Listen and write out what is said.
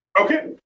Okay